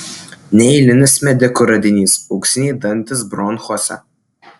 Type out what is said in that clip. neeilinis medikų radinys auksiniai dantys bronchuose